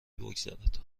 بگذرد